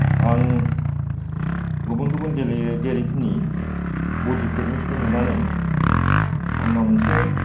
आं गुबुन गुबुन गेलेयो गिरिफोरनि बदि फितनेसखौ नुनानै आंनाव मोनसे